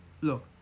look